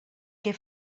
que